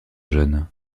jeune